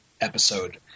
episode